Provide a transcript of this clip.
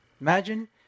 Imagine